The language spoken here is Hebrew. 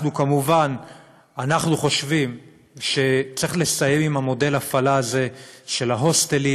אנחנו חושבים שצריך לסיים עם מודל ההפעלה הזה של ההוסטלים